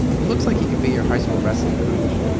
he looks like he could be your high school wrestling coach.